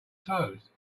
toes